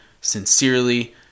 sincerely